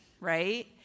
right